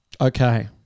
Okay